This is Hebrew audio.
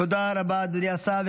תודה רבה, אדוני השר.